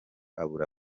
abura